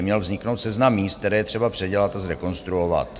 Měl vzniknout seznam míst, která je třeba předělat a zrekonstruovat.